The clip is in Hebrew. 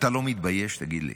אתה לא מתבייש, תגיד לי?